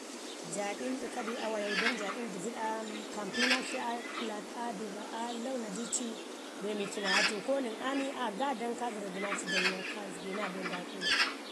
Jaaɗin ɗəkadi awayau don jaaɗin dəviɗ ka mpi naa akshi aa kula aa duba aa launa dii ci be mii ci naa atu ko nən aa ni aa gaadan ku gərradu naaci da yuwan kaa zəgi naa be nda kunu